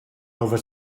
over